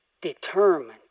determined